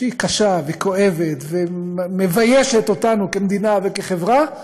שהיא קשה והיא כואבת ומביישת אותנו כמדינה וכחברה,